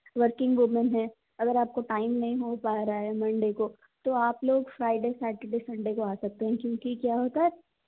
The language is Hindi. वर्किंग वुमन हैं अगर आपको टाइम नहीं हो पा रहा है मंडे को तो आप लोग फ्राइडे सेटरडे संडे को आ सकते हैं क्योंकि क्या होता है